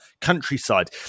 countryside